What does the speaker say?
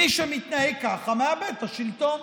מי שמתנהג ככה, מאבד את השלטון.